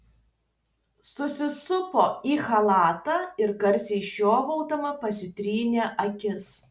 susisupo į chalatą ir garsiai žiovaudama pasitrynė akis